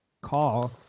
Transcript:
call